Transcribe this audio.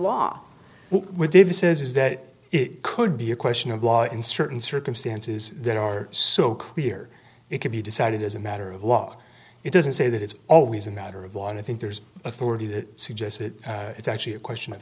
law what david says is that it could be a question of law and certain circumstances that are so clear it could be decided as a matter of law it doesn't say that it's always a matter of law and i think there's authority that suggests that it's actually a question of